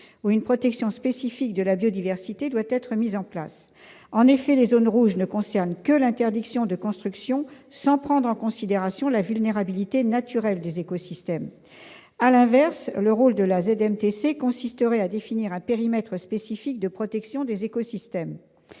où une protection spécifique de la biodiversité doit être mise en place. En effet, les zones rouges ne concernent que l'interdiction de construction, sans prendre en considération la vulnérabilité naturelle des écosystèmes. À l'inverse, le rôle de la ZMTC consisterait à définir un périmètre spécifique de protection des écosystèmes.